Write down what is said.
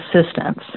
assistance